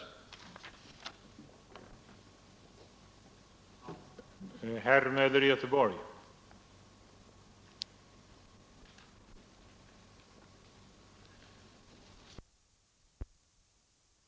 Före interpellationen hade jag bett en grupp kvinnor i min valkrets om deras synpunkter. Den genomgående tendensen i deras svar kan samman